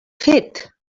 fet